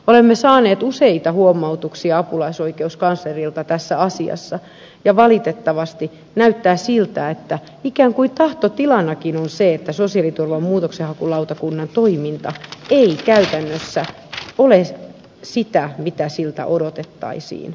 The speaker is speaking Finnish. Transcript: olemme saaneet useita huomautuksia apulaisoikeuskanslerilta tässä asiassa ja valitettavasti näyttää siltä että ikään kuin tahtotilanakin on se että sosiaaliturvan muutoksenhakulautakunnan toiminta ei käytännössä ole sitä mitä siltä odotettaisiin